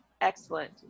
Excellent